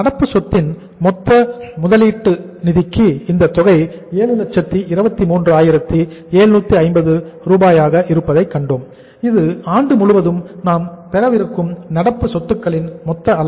நடப்புக் சொத்தின் மொத்த முதலீட்டு நிதிக்கு இந்த தொகை 723750 ஆக இருப்பதைக் கண்டோம் இது ஆண்டு முழுவதும் நாம் பெறவிருக்கும் நடப்பு சொத்துக்களின் மொத்த அளவு